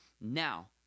Now